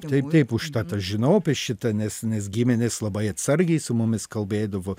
taip taip užtat aš žinau apie šitą nes nes giminės labai atsargiai su mumis kalbėdavo